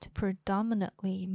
predominantly